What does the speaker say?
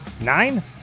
Nine